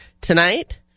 Tonight